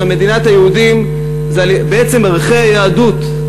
מדינת היהודים זה בעצם ערכי היהדות,